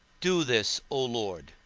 do this, o lord,